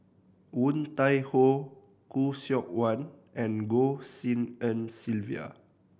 Woon Tai Ho Khoo Seok Wan and Goh Tshin En Sylvia